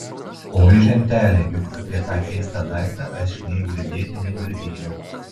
oi ženteli juk apie tą keistą daiktą aš nė girdėti negirdėjau